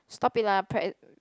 stop it lah pre~